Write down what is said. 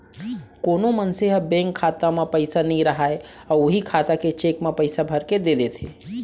कोनो मनसे ह बेंक खाता म पइसा नइ राहय अउ उहीं खाता के चेक म पइसा भरके दे देथे